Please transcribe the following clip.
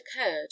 occurred